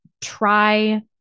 try